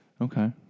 Okay